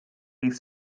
rief